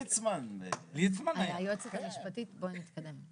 היועצת המשפטית, בואי נתקדם.